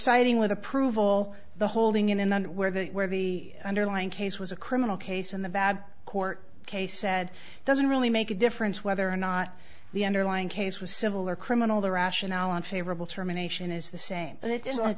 siding with approval the holding in the where the where the underlying case was a criminal case and the bad court case said doesn't really make a difference whether or not the underlying case was civil or criminal the rationale and favorable terminations is the same and th